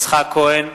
יצחק כהן,